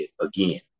again